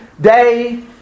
day